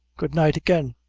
good-night again!